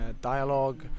dialogue